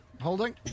Holding